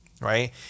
right